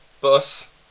Bus